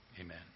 Amen